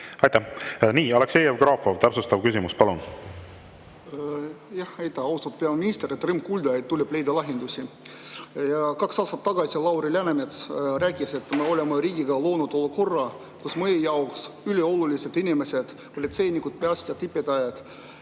Aitäh! Nii, Aleksei Jevgrafov, täpsustav küsimus, palun! Aitäh! Austatud peaminister! Rõõm kuulda, et tuleb leida lahendusi. Kaks aastat tagasi Lauri Läänemets rääkis, et me oleme riigis loonud olukorra, kus meie jaoks üliolulised inimesed – politseinikud, päästjad ja õpetajad,